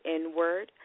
Inward